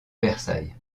versailles